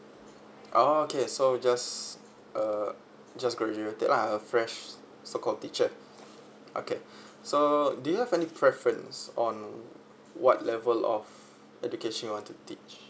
okay so just uh just graduated lah a fresh so called teacher okay so do you have any preference on what level of education you want to teach